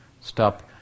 stop